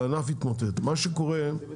ירד ב-50%.